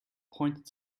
pointed